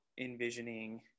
envisioning